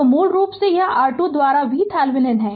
तो मूल रूप से यह R2 द्वारा VThevenin है